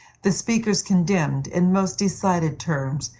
the speakers condemned, in most decided terms,